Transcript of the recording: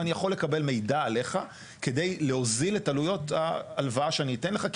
ואני יכול לקבל מידע עליך כדי להוזיל את עלויות ההלוואה שאני אתן לך,